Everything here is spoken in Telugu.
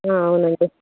అవునండి